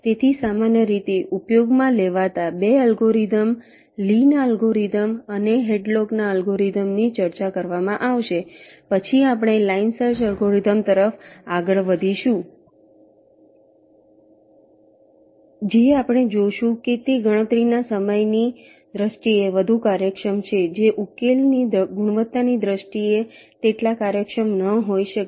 તેથીસામાન્ય રીતે ઉપયોગમાં લેવાતા 2 અલ્ગોરિધમ લી ના અલ્ગોરિધમ Lee's algorithm અને હેડલોક ના અલ્ગોરિધમHadlock's algorithmની ચર્ચા કરવામાં આવશે પછી આપણે લાઇન સર્ચ અલ્ગોરિધમ તરફ આગળ વધીશું જે આપણે જોશું કે તે ગણતરીના સમયની દ્રષ્ટિએ વધુ કાર્યક્ષમ છે જે ઉકેલની ગુણવત્તાની દ્રષ્ટિએ તેટલા કાર્યક્ષમ ન હોઈ શકે